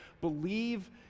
believe